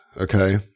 okay